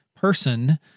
person